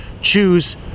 choose